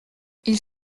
ils